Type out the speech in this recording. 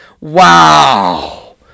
Wow